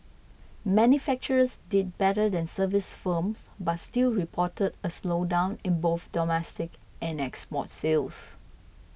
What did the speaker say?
manufacturers did better than service firms but still reported a slowdown in both domestic and export sales